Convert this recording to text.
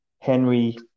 Henry